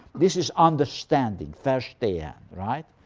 this is understanding, verstehen. right?